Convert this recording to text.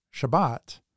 Shabbat